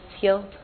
healed